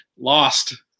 lost